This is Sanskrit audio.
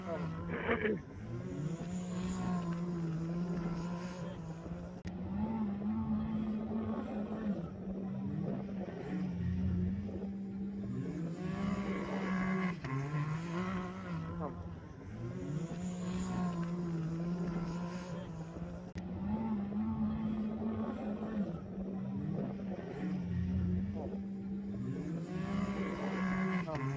आम् आम् ओ आम्